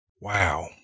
Wow